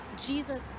Jesus